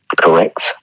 correct